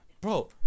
bro